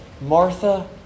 Martha